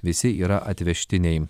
visi yra atvežtiniai